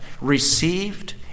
Received